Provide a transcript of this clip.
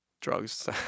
drugs